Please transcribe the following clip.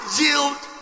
yield